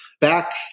back